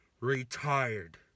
retired